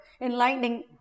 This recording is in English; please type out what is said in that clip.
enlightening